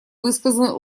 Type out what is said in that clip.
высказаны